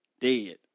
Dead